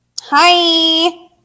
Hi